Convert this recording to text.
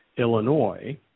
Illinois